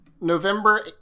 November